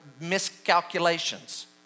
miscalculations